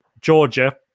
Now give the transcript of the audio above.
Georgia